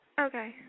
Okay